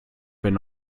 wenn